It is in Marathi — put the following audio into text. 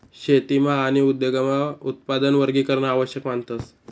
शेतीमा आणि उद्योगमा उत्पादन वर्गीकरण आवश्यक मानतस